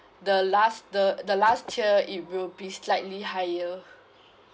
the last the the last tier it will be slightly higher